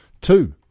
two